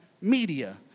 media